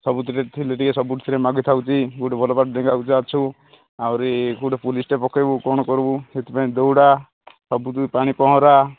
ସବୁଥିରେ ଥିଲେ ଟିକେ ସବୁଥିରେ ମାଗି ଥାଉଛି ଗୋଟେ ଭଲ ଡେଙ୍ଗା ଅଛୁ ଆହୁରି ଗୋଟେ ପୋଲିସଟେ ପକେଇବୁ କ'ଣ କରିବୁ ସେଥିପାଇଁ ଦୌଡ଼ା ସବୁଥିରୁ ପାଣି ପହଁରା